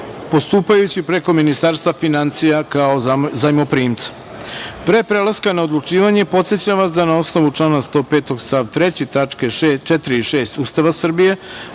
postupajući preko Ministarstva finansija, kao Zajmoprimca. Pre prelaska na odlučivanje, podsećam vas da, na osnovu člana 105. stav 3. tačke 4. i 6. Ustava Srbije,